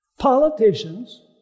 Politicians